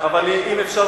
אם אפשר,